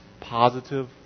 positive